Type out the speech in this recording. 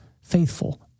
faithful